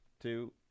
two